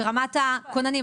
ברמת הכוננים,